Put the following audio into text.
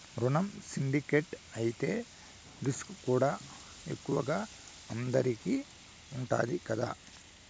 రునం సిండికేట్ అయితే రిస్కుకూడా ఎక్కువగా అందరికీ ఉండాది కదా